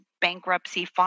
bankruptcy